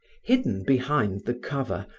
hidden behind the cover,